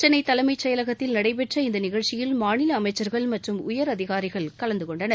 சென்னை தலைமைச் செயலகத்தில் நடைபெற்ற இந்த நிகழ்ச்சியில் மாநில அமைச்சர்கள் மற்றும் உயரதிகாரிகள் கலந்து கொண்டனர்